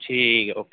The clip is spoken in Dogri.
ठीक ऐ ओके